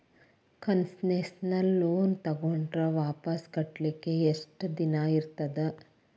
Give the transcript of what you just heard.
Concessional loan ತಗೊಂಡ್ರ್ ವಾಪಸ್ ಕಟ್ಲಿಕ್ಕೆ ಯೆಷ್ಟ್ ದಿನಾ ಇರ್ತದ?